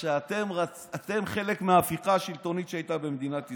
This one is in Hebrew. אתם חלק מההפיכה השלטונית שהייתה במדינת ישראל.